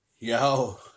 Yo